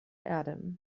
erde